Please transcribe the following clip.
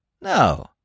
No